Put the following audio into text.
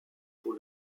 pour